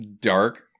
dark